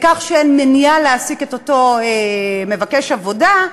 לכך שאין מניעה להעסיק את אותו מבקש עבודה,